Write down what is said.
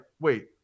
wait